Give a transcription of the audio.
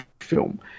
film